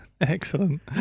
Excellent